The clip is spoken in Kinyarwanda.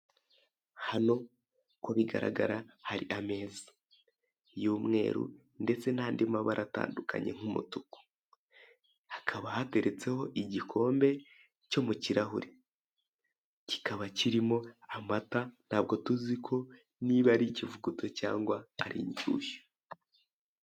Hano uko bigaragara hari ameza y'umweru ndetse n'andi mabara atandukanye nk'umutuku, hakaba hateretseho igikombe cyo mu kirahure kikaba kirimo amata, ntago tuziko niba ari ikivuguto cyangwa inshyushyu.